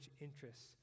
interests